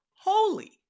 holy